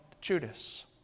Judas